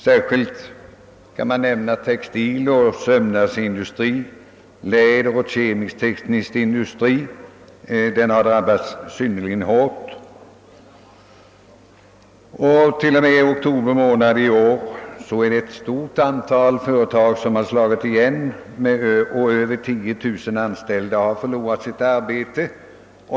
Särskilt har textil och sömnadsindustrin, läderindustrin och den kemisk-tekniska industrin drabbats synnerligen hårt. Till och med oktober månad i år har ett stort antal företag slagit igen. Över 10000 anställda har förlorat sitt arbete.